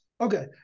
okay